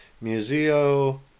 Museo